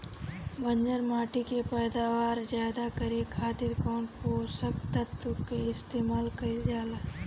बंजर माटी के पैदावार ज्यादा करे खातिर कौन पोषक तत्व के इस्तेमाल कईल जाला?